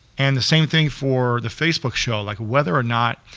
and the same thing for the facebook show, like whether or not,